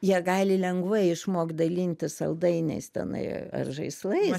jie gali lengvai išmokt dalintis saldainiais tenai ar žaislais